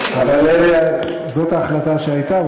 אבל זאת ההחלטה שהייתה,